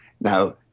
Now